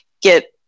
get